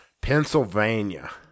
Pennsylvania